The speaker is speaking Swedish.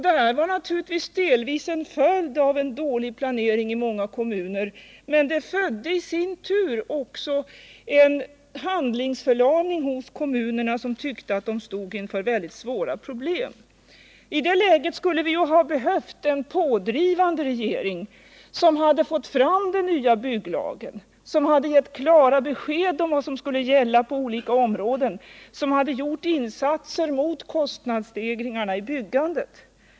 Detta var naturligtvis delvis en följd av dålig planering i många kommuner, men det födde i sin tur också en handlingsförlamning hos kommunerna inför de svåra problem de upplevde, vilket i sin tur ledde till en ännu sämre planberedskap. I det läget skulle vi ha behövt en pådrivande regering som hade fått fram den nya bygglagen, som hade gett klara besked om vad som skulle gälla på olika områden, som hade gjort insatser mot kostnadsstegringarna i byggandet.